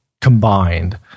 combined